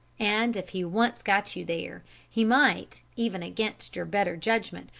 and if he once got you there he might, even against your better judgment,